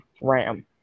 Ram